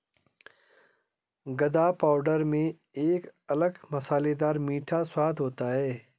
गदा पाउडर में एक अलग मसालेदार मीठा स्वाद होता है